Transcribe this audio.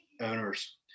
owners